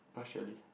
grass jelly